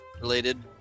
related